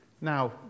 Now